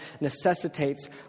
necessitates